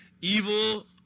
Evil